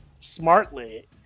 smartly